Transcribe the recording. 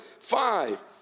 Five